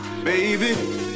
Baby